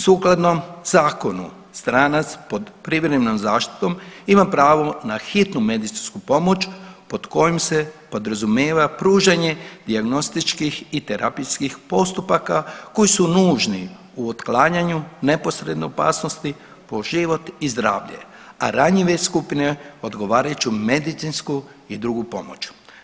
Sukladno zakonu stranac pod privremenom zaštitom ima pravo na hitnu medicinsku pomoć pod kojom se podrazumijeva pružanje dijagnostičkih i terapijskih postupa koji su nužnu u otklanjanju neposredne opasnosti po život i zdravlje, a ranjive skupine odgovarajuću medicinsku i drugu pomoć.